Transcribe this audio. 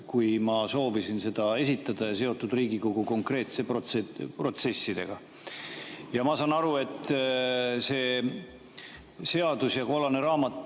kui ma soovisin seda esitada, ja seotud Riigikogu konkreetsete protsessidega. Ma saan aru, et see seadus ja kollane raamat